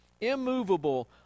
immovable